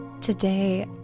Today